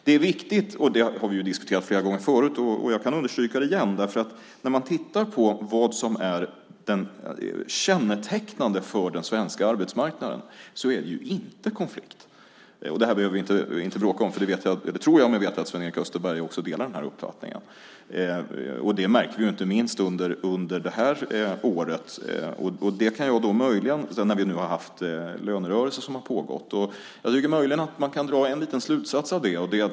Det är viktigt - vi har diskuterat det flera gånger förut och jag kan understryka det igen - att konstatera att vad som är kännetecknande för den svenska arbetsmarknaden inte är konflikt. Detta behöver vi inte bråka om, för jag tror mig veta att Sven-Erik Österberg delar den uppfattningen. Det har vi märkt inte minst under det här året, när vi nu har haft en lönerörelse som pågått. Jag tror att vi kan dra en slutsats av detta.